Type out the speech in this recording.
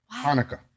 Hanukkah